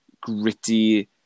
gritty